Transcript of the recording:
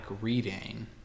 reading